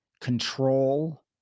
control